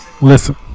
Listen